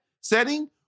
setting